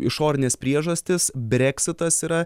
išorinės priežastys breksitas yra